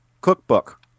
cookbook